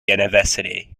university